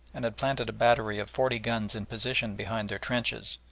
and had planted a battery of forty guns in position behind their trenches,